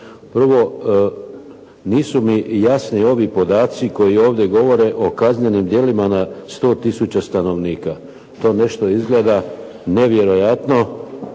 Prvo, nisu mi jasni ovi podaci koji ovdje govore o kaznenim djelima na 100000 stanovnika. To je nešto izgleda nevjerojatno